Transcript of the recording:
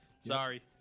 Sorry